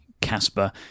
Casper